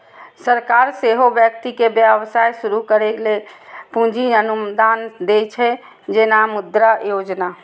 सरकार सेहो व्यक्ति कें व्यवसाय शुरू करै लेल पूंजी अनुदान दै छै, जेना मुद्रा योजना